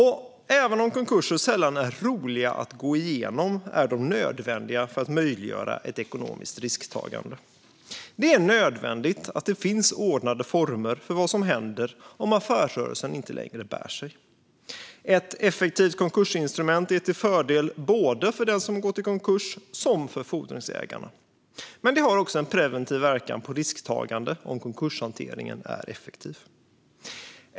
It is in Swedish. Även om konkurser sällan är roliga att gå igenom är de nödvändiga för att möjliggöra ett ekonomiskt risktagande. Det är nödvändigt att det finns ordnade former för det som händer om affärsrörelsen inte längre bär sig. Ett effektivt konkursinstrument är till fördel för såväl den som gått i konkurs som fordringsägarna. Det har också en preventiv verkan på risktagande om konkurshanteringen är effektiv.